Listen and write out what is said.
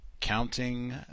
counting